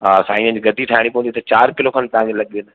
हा साईं जन जी गद्दी विछाइणी पवंदी त चारि किलो खनि तव्हांजो लॻी वेंदो